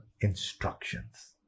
instructions